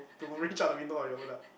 to reach out the window on your own lah